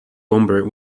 bomber